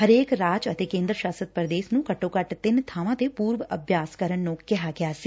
ਹਰੇਕ ਰਾਜ ਅਤੇ ਕੇਂਦਰ ਸਾਸ਼ਤ ਪ੍ਰਦੇਸ਼ ਨੂੰ ਘੱਟੋ ਘੱਟ ਤਿੰਨ ਬਾਵਾਂ ਤੇ ਪੂਰਵ ਅਭਿਆਸ ਕਰਨ ਨੂੰ ਕਿਹਾ ਗਿੱਆ ਸੀ